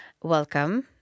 Welcome